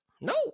no